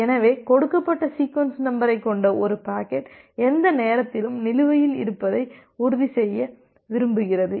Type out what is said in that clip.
எனவே கொடுக்கப்பட்ட சீக்வென்ஸ் நம்பரைக் கொண்ட ஒரு பாக்கெட் எந்த நேரத்திலும் நிலுவையில் இருப்பதை உறுதிசெய்ய விரும்புகிறது